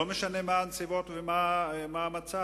לא משנה מה הנסיבות ומה המצב,